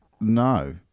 No